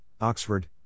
Oxford